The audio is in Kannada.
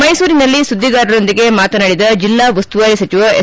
ಮೈಸೂರಿನಲ್ಲಿ ಸುದ್ದಿಗಾರರೊಂದಿಗೆ ಮಾತನಾಡಿದ ಜಿಲ್ಲಾ ಉಸ್ತುವಾರಿ ಸಚಿವ ಎಸ್